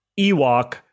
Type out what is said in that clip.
Ewok